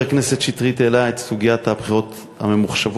הכנסת שטרית העלה את סוגיית הבחירות הממוחשבות.